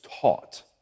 taught